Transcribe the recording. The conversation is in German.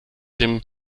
dem